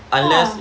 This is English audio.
!whoa!